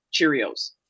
Cheerios